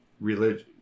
religion